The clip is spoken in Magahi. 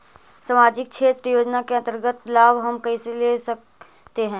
समाजिक क्षेत्र योजना के अंतर्गत लाभ हम कैसे ले सकतें हैं?